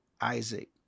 Isaac